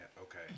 okay